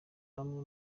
namwe